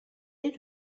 est